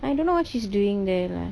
I don't know what she's doing there lah